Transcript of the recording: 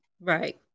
Right